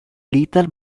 lethal